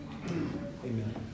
Amen